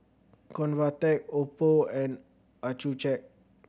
Convatec Oppo and Accucheck